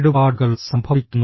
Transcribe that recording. കേടുപാടുകൾ സംഭവിക്കുന്നു